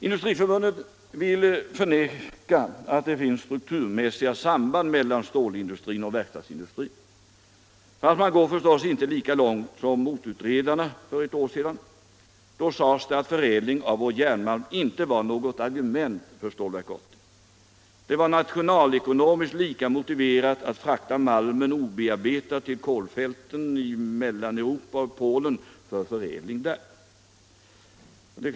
Industriförbundet vill förneka att det finns strukturmässiga samband mellan stålindustrin och verkstadsindustrin. Man går förstås inte lika långt som motutredarna för ett år sedan. Då sades det att förädling av vår järnmalm inte var något argument för Stålverk 80. Det var nationalekonomiskt lika motiverat att frakta malmen obearbetad till kolfälten i Mellaneuropa och Polen för förädling där.